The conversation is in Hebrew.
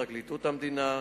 פרקליטות המדינה,